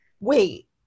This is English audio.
wait